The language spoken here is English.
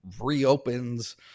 reopens